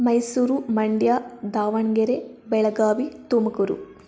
Mysuru Mandya Davanagere Belagavi Tumakuru